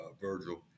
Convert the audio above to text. Virgil